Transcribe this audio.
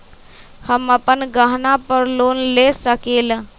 हम अपन गहना पर लोन ले सकील?